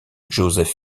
joseph